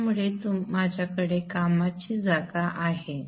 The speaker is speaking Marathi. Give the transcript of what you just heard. त्यामुळे माझ्याकडे कामाची जागा आहे